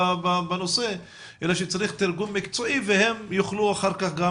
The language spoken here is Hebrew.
בנושא אלא שצריך תרגום מקצועי והם יוכלו אחר כך גם